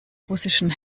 russischen